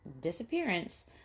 disappearance